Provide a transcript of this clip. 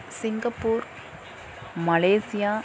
Singapore Malaysia